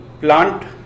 plant